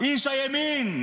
איש הימין.